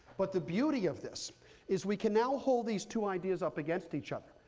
but the beauty of this is we can now hold these two ideas up against each other,